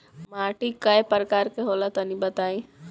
माटी कै प्रकार के होला तनि बताई?